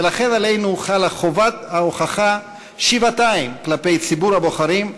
ולכן עלינו חלה שבעתיים חובת ההוכחה כלפי ציבור הבוחרים,